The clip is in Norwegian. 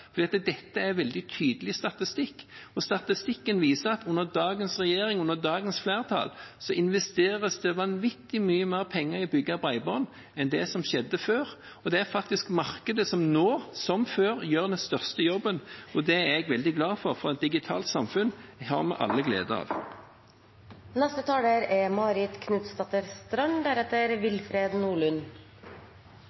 Dette er veldig tydelig statistikk, og statistikken viser at under dagens regjering, under dagens flertall, investeres det vanvittig mye mer penger i å bygge bredbånd enn det som skjedde før. Det er faktisk markedet, nå som før, som gjør den største jobben, og det er jeg veldig glad for, for et digitalt samfunn har vi alle glede